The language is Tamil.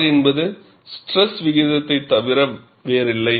R என்பது ஸ்ட்ரெஸ் விகிதத்தைத் தவிர வேறில்லை